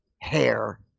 hair